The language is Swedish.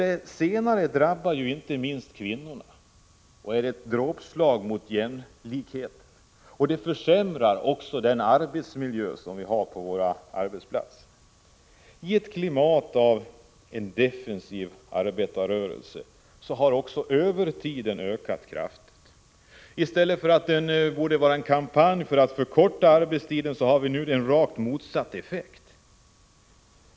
Det senare drabbar inte minst kvinnorna och är ett dråpslag mot jämlikheten och försämrar också arbetsmiljön. I ett klimat av en defensiv arbetarrörelse har också övertiden ökat kraftigt. I stället för att arbetarrörelsen borde ha en kampanj för att förkorta arbetstiden har vi nu en rakt motsatt effekt.